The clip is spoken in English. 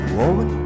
Woman